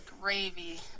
gravy